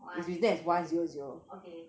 one zero zero okay